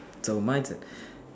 so my turn